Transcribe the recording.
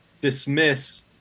dismiss